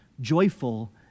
joyful